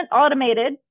automated